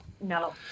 No